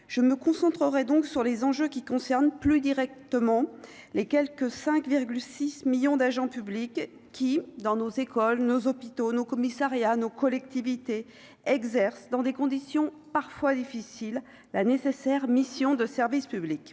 je me concentrerai donc sur les enjeux qui concernent plus directement les quelque 5 6 millions d'agents publics qui dans nos écoles, nos hôpitaux, nos commissariats nos collectivités exerce dans des conditions parfois difficiles, la nécessaire mission de service public